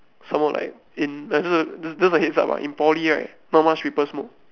some more like in just a just a heads up ah in poly right not much people smoke